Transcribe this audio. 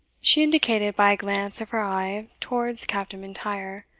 she indicated by a glance of her eye towards captain m'intyre,